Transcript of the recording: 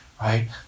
right